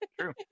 True